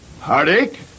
heartache